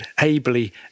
ably